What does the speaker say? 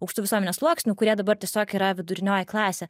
aukštų visuomenės sluoksnių kurie dabar tiesiog yra vidurinioji klasė